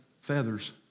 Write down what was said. feathers